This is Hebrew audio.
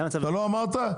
אתה לא אמרת?